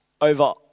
over